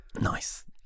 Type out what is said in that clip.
Nice